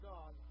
God